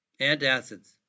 Antacids